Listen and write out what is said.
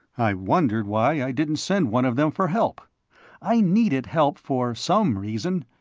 i wondered why i didn't send one of them for help i needed help for some reason.